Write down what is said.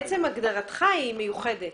עצם הגדרתך היא מיוחדת.